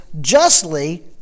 justly